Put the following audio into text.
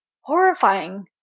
horrifying